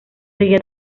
seguía